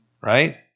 Right